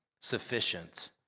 sufficient